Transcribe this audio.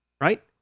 right